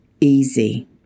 easy